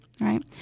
right